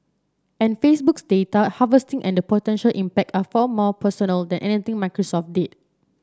and Facebook's data harvesting and potential impact are far more personal than anything Microsoft did